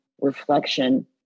reflection